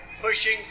pushing